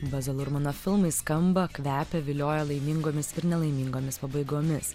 bazo lurmano filmai skamba kvepia vilioja laimingomis ir nelaimingomis pabaigomis